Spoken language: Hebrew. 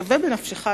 שווה בנפשך,